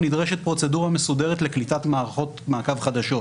נדרשת פרוצדורה מסודרת לקליטת מערכות מעקב חדשות,